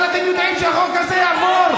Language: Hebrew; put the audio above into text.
אבל אתם יודעים שהחוק הזה יעבור,